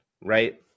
right